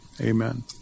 amen